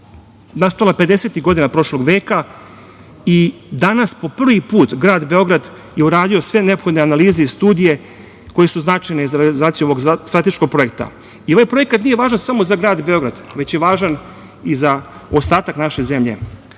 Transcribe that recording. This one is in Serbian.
nastala pedesetih godina prošlog veka i danas, po prvi put grad Beograd je uradio sve neophodne analize i studije koje su značajne za realizaciju ovog strateškog projekta. Ovaj projekat nije važan samo za grad Beograd, već je važan i za ostatak naše zemlje.